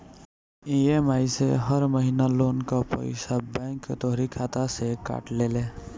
EMI से हर महिना लोन कअ पईसा बैंक तोहरी खाता से काट लेले